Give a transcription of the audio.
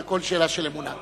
זה הכול שאלה של אמונה.